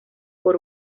por